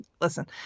listen